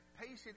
patient